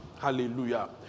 Hallelujah